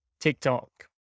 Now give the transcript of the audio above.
tiktok